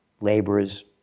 laborers